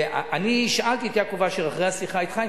ואני שאלתי את יעקב אשר אחרי השיחה אתך,